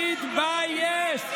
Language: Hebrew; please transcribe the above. תתבייש.